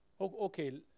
Okay